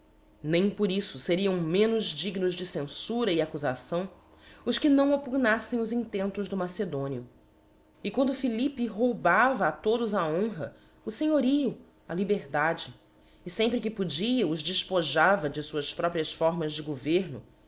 nem por iffo feriam menos dignos de cenfura e accufação os que não oppugnaffem os intentos do macedónio e quando philippe roubava a todos a honra o fenhorio a liberdade e lempre que podia os defpojava de fuás próprias formas de governo